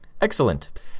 Excellent